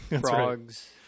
frogs